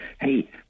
hey